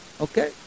Okay